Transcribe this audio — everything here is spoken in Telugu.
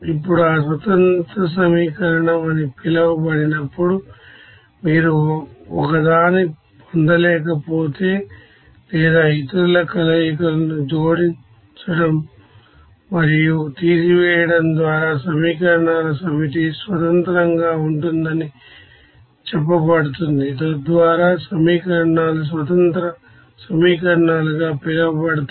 ఇప్పుడు ఆ ఇండిపెండెంట్ ఈక్వేషన్ అని పిలువబడినప్పుడు మీరు ఒకదాన్ని పొందలేకపోతే లేదా ఇతరుల కలయికలను జోడించడం మరియు తీసివేయడం ద్వారా సెట్ అఫ్ ఈక్వేషన్స్ స్వతంత్రంగా ఉంటుందని చెప్పబడుతుంది తద్వారా ఈక్వేషన్స్ ఇండిపెండెంట్ఈక్వేషన్స్ గా పిలువబడతాయి